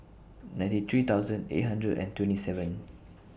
ninety three thousand eight hundred and twenty seven